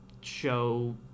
show